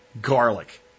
garlic